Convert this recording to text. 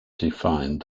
define